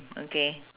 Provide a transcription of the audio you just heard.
okay